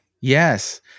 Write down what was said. Yes